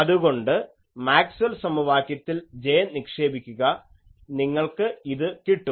അതുകൊണ്ട് മാക്സ്വെൽ സമവാക്യത്തിൽ J നിക്ഷേപിക്കുക നിങ്ങൾക്ക് ഇത് കിട്ടും